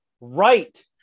right